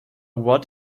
what